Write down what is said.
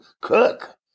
cook